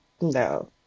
no